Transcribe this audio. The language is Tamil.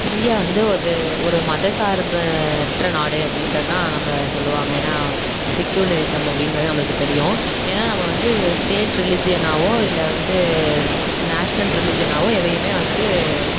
இந்தியா வந்து ஒது ஒரு மத சார்பற்ற நாடு அப்படின்றது தான் நம்மளை சொல்லுவாங்க ஏன்னால் செக்யூலரிஸம் அப்படின்றது நம்மளுக்கு தெரியும் ஏன்னால் நம்ம வந்து ஸ்டேட் ரிலீஜியனாவோ இல்லை வந்து நேஷ்னல் ரிலீஜியனாவோ எதையும் வந்து